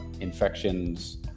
infections